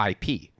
IP